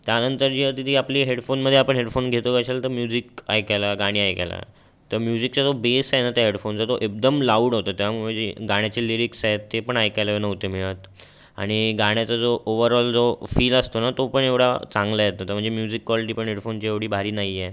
त्यानंतर जी होती ती आपली हेडफोनमध्ये आपण हेडफोन घेतो कशाल तर म्युजिक ऐकायला गाणी ऐकायला तर म्यूजिकचा जो बेस आहे ना त्या हेडफोनचा एकदम लाऊड होता त्यामुळे जी गाण्याची लिरीक्स आहेत ते पण ऐकायला नव्हते मिळत आणि गाण्याचा जो ओवरऑल जो फील असतो ना तो पण एवढा चांगला येत नव्हता म्हणजे म्युजिक क्वालटी पण हेडफोनची एवढी भारी नाही आहे